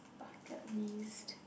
bucket list